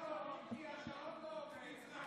אבוטבול, מיקי, מיקי, השעון לא עובד.